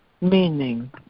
meaning